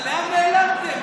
לא אומר שהפכתם לימנים.